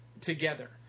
together